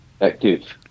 Active